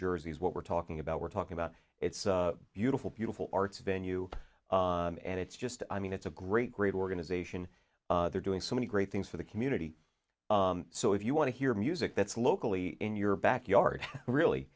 jersey is what we're talking about we're talking about it's a beautiful beautiful art venue and it's just i mean it's a great great organization they're doing so many great things for the community so if you want to hear music that's locally in your backyard really